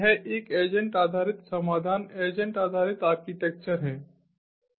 यह एक एजेंट आधारित समाधान एजेंट आधारित आर्किटेक्चरहै